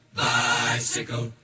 bicycle